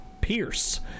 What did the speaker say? pierce